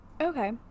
Okay